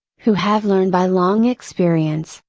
who have learned by long experience,